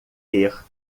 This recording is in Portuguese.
ter